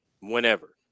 whenever